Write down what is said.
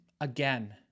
again